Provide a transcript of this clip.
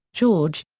george.